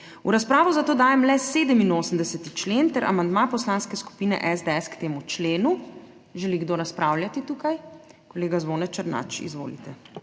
V razpravo zato dajem le 87. člen ter amandma Poslanske skupine SDS k temu členu. Želi kdo razpravljati tukaj? Kolega Zvone Černač, izvolite.